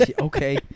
Okay